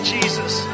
Jesus